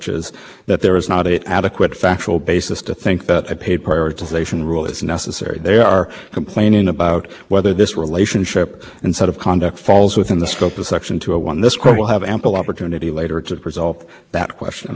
the information service definition there which was incorporated virtually rebate him into the act included services that provided quote mere database access and what he said was that when telephone companies because it was telephone companies when telephone